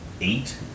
eight